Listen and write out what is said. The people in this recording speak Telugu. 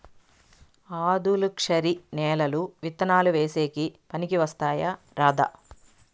ఆధులుక్షరి నేలలు విత్తనాలు వేసేకి పనికి వస్తాయా రాదా?